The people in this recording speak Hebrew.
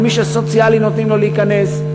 ומי שסוציאלי נותנים לו להיכנס.